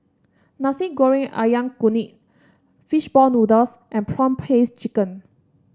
Nasi Goreng ayam Kunyit fish ball noodles and prawn paste chicken